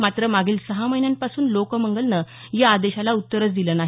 मात्र मागील सहा महिन्यांपासून लोकमंगलने या आदेशाला उत्तरच दिले नाही